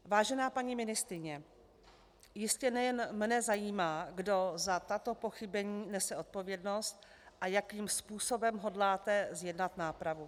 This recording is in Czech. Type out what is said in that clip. Vážená paní ministryně, jistě nejen mne zajímá, kdo za tato pochybení nese odpovědnost a jakým způsobem hodláte zjednat nápravu.